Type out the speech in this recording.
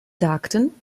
sagten